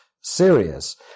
serious